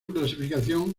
clasificación